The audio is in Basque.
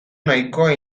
nahikoa